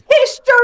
History